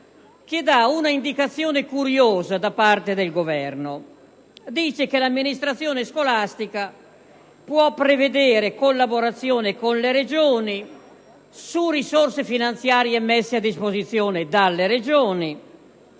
dà una indicazione curiosa e ci dice che l'amministrazione scolastica può prevedere la collaborazione con le Regioni, su risorse finanziarie messe a disposizione dalle Regioni,